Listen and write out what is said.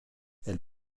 elle